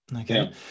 Okay